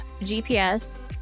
GPS